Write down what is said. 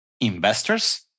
investors